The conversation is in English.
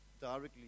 directly